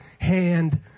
hand